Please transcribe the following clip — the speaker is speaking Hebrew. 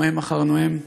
נואם אחר נואם,